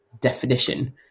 definition